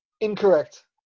Incorrect